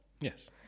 Yes